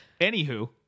anywho